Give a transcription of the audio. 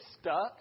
stuck